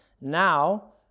Now